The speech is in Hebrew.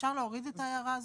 אפשר להוריד את ההערה הזאת?